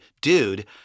dude